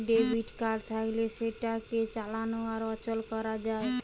debit card থাকলে সেটাকে চালানো আর অচল করা যায়